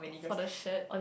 for the shirt